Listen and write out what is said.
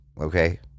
okay